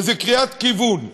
איזו קריאת כיוון למדינה,